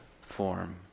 form